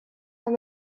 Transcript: and